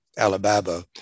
Alibaba